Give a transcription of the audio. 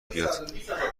بیاد